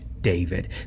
David